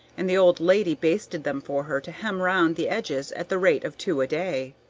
and the old lady basted them for her to hem round the edges at the rate of two a day.